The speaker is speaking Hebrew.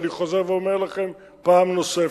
ואני חוזר ואומר לכם פעם נוספת: